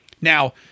Now